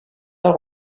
pas